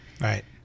Right